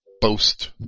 boast